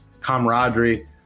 camaraderie